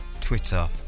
Twitter